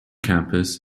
campus